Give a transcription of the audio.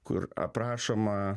kur aprašoma